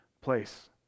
place